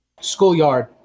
Schoolyard